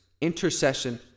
intercession